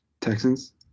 Texans